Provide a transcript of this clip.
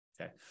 Okay